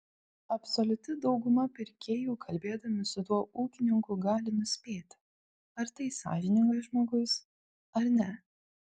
absoliuti dauguma pirkėjų kalbėdami su tuo ūkininku gali nuspėti ar tai sąžiningas žmogus ar ne